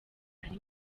ari